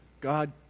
God